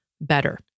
better